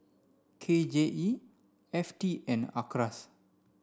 K J E F T and Acres